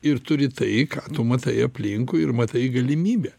ir turi tai ką tu matai aplinkui ir matai galimybę